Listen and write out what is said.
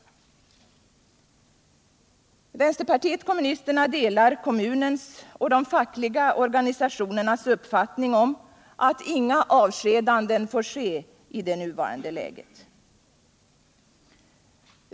Vänsterpartiet kommunisterna delar kommunens och de fackliga organisationernas uppfattning om att inga avskedanden får ske i det nuvarande läget.